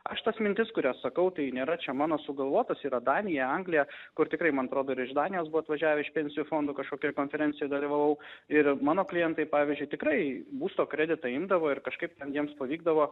aš tas mintis kurias sakau tai nėra čia mano sugalvotas yra danija anglija kur tikrai man atrodo ir iš danijos buvo atvažiavę iš pensijų fondų kažkokioj konferencijoj dalyvavau ir mano klientai pavyzdžiui tikrai būsto kreditą imdavo ir kažkaip jiems pavykdavo